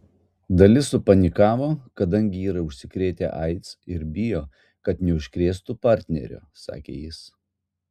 dalis supanikavo kadangi yra užsikrėtę aids ir bijo kad neužkrėstų partnerio sakė jis